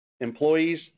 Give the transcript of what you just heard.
employees